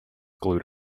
glued